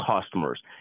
customers